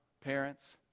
Parents